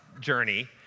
journey